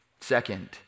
Second